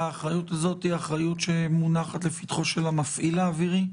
האחריות הזאת היא אחריות שמונחת לפתחו של המפעיל האווירי?